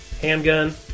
Handgun